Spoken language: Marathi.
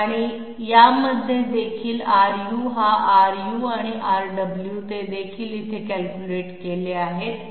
आणि यामध्ये देखील Ru हा Ru आणि Rw ते देखील इथे कॅल्क्युलेट केले आहेत का